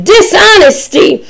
Dishonesty